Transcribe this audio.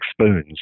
spoons